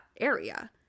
area